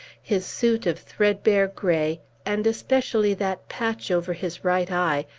his suit of threadbare gray, and especially that patch over his right eye,